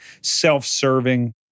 self-serving